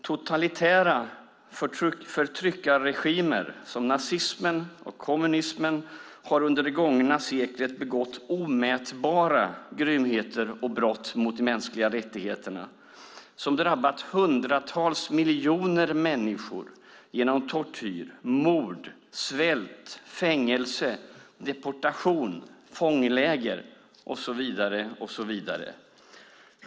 Totalitära förtryckarregimer som nazismen och kommunismen har under det gångna seklet begått omätbara grymheter och brott mot de mänskliga rättigheterna som drabbat hundratals miljoner människor genom tortyr, mord, svält, fängelse, deportation, fångläger och så vidare.